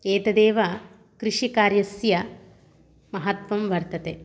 एतदेव कृषिकार्यस्य महत्वं वर्तते